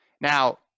now